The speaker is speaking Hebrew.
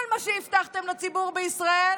כל מה שהבטחתם לציבור בישראל,